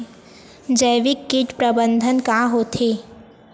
जैविक कीट प्रबंधन का होथे?